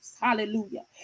hallelujah